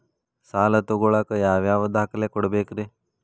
ಸಾಲ ತೊಗೋಳಾಕ್ ಯಾವ ಯಾವ ದಾಖಲೆ ಕೊಡಬೇಕ್ರಿ?